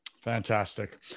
Fantastic